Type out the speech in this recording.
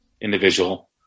individual